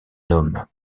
homme